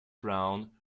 crown